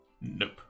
Nope